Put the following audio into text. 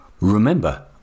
Remember